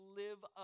live